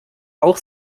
auch